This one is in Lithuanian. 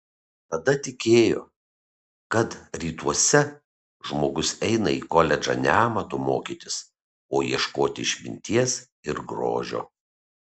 tada tikėjo kad rytuose žmogus eina į koledžą ne amato mokytis o ieškoti išminties ir grožio